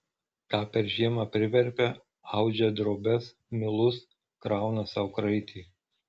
ką per žiemą priverpia audžia drobes milus krauna sau kraitį